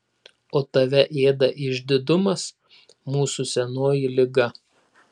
o tave ėda išdidumas mūsų senoji liga